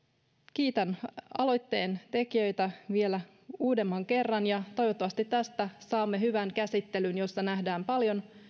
kiitän aloitteen tekijöitä vielä uudemman kerran ja toivottavasti saamme tästä hyvän käsittelyn jossa nähdään paljon